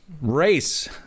Race